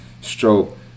stroke